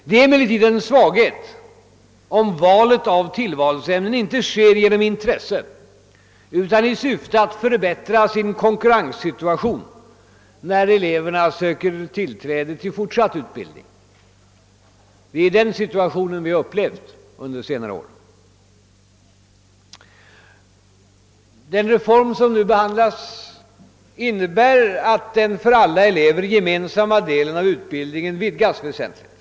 Det är emellertid en svaghet om valet av tillvalsämnen inte sker av intresse utan i syfte att förbättra konkurrenssituationen när eleverna söker inträde för fortsatt utbildning. Det är den situationen som vi har upplevt under senare år. Den reform som nu behandlas innebär att den för alla elever gemensamma delen av utbildningen vidgas väsentligt.